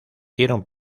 dieron